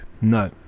No